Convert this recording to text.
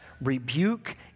rebuke